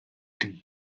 dydd